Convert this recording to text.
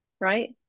right